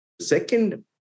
Second